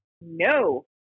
no